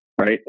Right